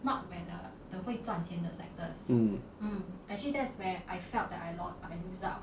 mm